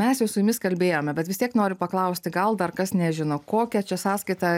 mes jau su jumis kalbėjome bet vis tiek noriu paklausti gal dar kas nežino kokią čia sąskaitą